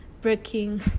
breaking